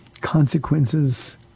Consequences